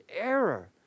error